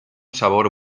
sabor